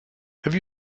have